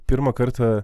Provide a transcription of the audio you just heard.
pirmą kartą